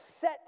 set